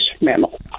mammal